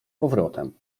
powrotem